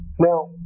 Now